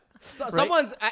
Someone's